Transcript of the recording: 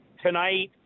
tonight